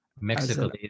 Mexico